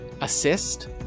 assist